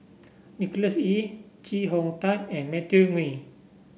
Nicholas Ee Chee Hong Tat and Matthew Ngui